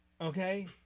Okay